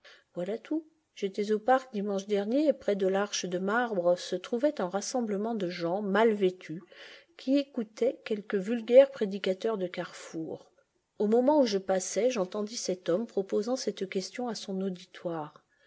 voilà tout j'étais au parc dimanche dernier et près de l'arche de marbre se trouvait un rassemblement de gens mal vêtus qui écoutaient quelque vulgaire prédicateur de carrefour au moment où je passais j'entendis cet homme proposant cette question à son auditoire